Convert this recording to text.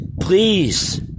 Please